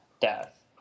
death